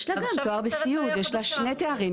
יש לה גם תואר בסיעוד, יש לה שני תארים.